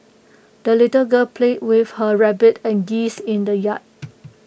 the little girl played with her rabbit and geese in the yard